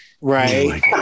right